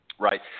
Right